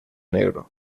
negro